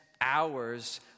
hours